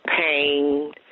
pain